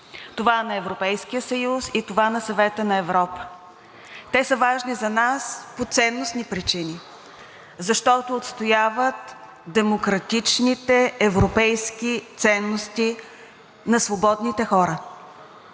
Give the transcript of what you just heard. това на Европейския съюз и това на Съвета на Европа. Те са важни за нас по ценностни причини, защото отстояват демократичните европейски ценности на свободните хора.